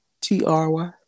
T-R-Y